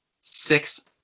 Six